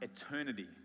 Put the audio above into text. eternity